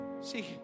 See